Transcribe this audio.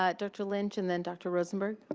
ah dr. lynch, and then dr. rosenberg.